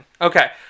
Okay